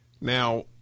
now